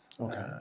Okay